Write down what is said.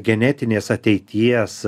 genetinės ateities